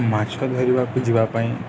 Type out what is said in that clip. ମାଛ ଧରିବାକୁ ଯିବା ପାଇଁ